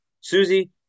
Susie